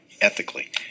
ethically